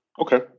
okay